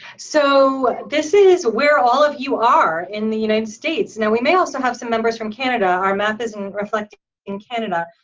so, this is where all of you are in the united states. now we may also have some members from canada. our map isn't reflecting in canada,